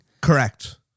Correct